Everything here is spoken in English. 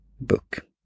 book